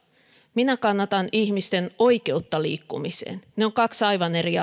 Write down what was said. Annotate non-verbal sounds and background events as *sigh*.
minä kannatan ihmisten oikeutta liikkumiseen ne ovat kaksi aivan eri *unintelligible*